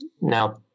Now